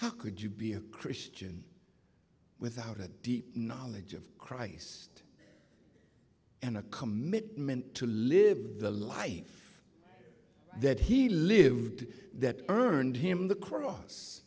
how could you be a christian without a deep knowledge of christ and a commitment to live the life that he lived that earned him the cross